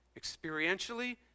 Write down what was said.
Experientially